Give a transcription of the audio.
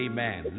Amen